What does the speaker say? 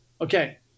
okay